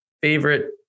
favorite